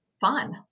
fun